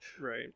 Right